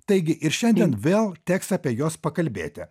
taigi ir šiandien vėl teks apie juos pakalbėti